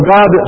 God